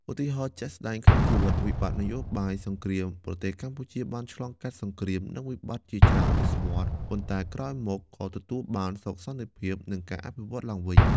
ឧទាហរណ៍ជាក់ស្ដែងក្នុងជីវិត វិបត្តិនយោបាយ សង្គ្រាម ប្រទេសកម្ពុជាបានឆ្លងកាត់សង្គ្រាម និងវិបត្តិជាច្រើនសតវត្សរ៍ ប៉ុន្តែក្រោយមក ក៏ទទួលបានសុខសន្តិភាព និងការអភិវឌ្ឍឡើងវិញ។